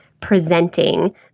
presenting